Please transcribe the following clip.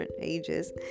ages